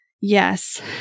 yes